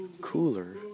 cooler